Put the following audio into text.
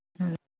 ꯎꯝ